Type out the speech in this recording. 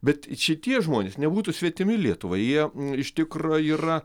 bet šitie žmonės nebūtų svetimi lietuvai jie iš tikro yra